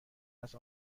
است